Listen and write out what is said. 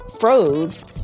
froze